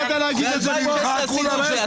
ב-2016 עשינו את זה.